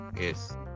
Yes